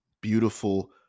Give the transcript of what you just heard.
beautiful